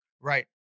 right